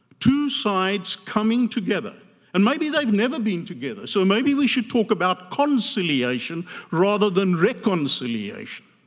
two sides coming together and maybe they've never been together, so maybe we should talk about conciliation rather than reconciliation,